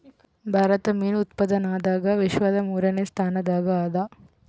ಭಾರತ ಮೀನು ಉತ್ಪಾದನದಾಗ ವಿಶ್ವದ ಮೂರನೇ ಸ್ಥಾನದಾಗ ಅದ